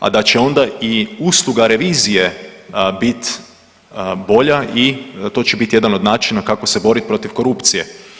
A da će onda i usluga revizije biti bolja i to će biti jedan od načina kako se boriti protiv korupcije.